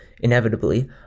inevitably